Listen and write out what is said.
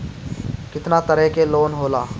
केतना तरह के लोन होला?